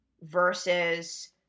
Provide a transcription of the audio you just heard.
versus